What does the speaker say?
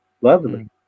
Lovely